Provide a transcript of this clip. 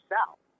South